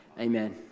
Amen